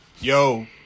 Yo